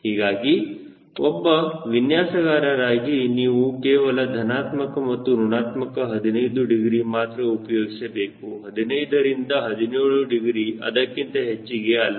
ಹೀಗಾಗಿ ಒಬ್ಬ ವಿನ್ಯಾಸಕಾರರಾಗಿ ನೀವು ಕೇವಲ ಧನಾತ್ಮಕ ಅಥವಾ ಋಣಾತ್ಮಕ 15 ಡಿಗ್ರಿ ಮಾತ್ರ ಉಪಯೋಗಿಸಬೇಕು 15 ರಿಂದ 17 ಡಿಗ್ರಿ ಅದಕ್ಕಿಂತ ಹೆಚ್ಚಿಗೆ ಅಲ್ಲ